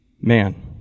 man